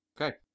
Okay